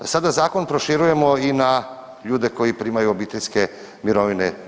Sada zakon proširujemo i na ljudi koji primaju obiteljske mirovine.